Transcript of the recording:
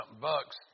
bucks